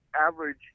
average